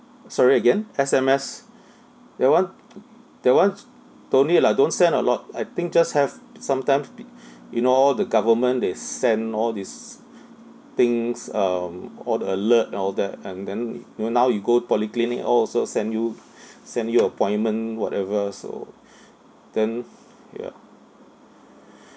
sorry again S_M_S that [one] that [one] don't need lah don't send a lot I think just have sometimes pi~ you know all the government they send all these things um all the alert and all that and then you know now you go to polyclinic all also send you send you appointment whatever so then yeah